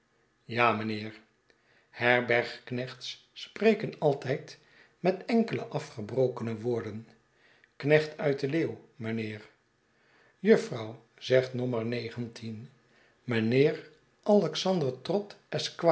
ja mijnheer herberg knechts spreken altijd met enkele afgebrokene woorden knecht uit de leeuw mijnheer jufvrouw zegt nommer negentien mijnheer alexander